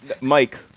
Mike